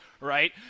right